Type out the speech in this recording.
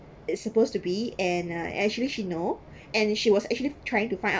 it's supposed to be and uh actually she know and she was actually trying to find out